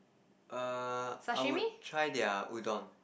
err I would try their udon